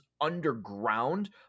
underground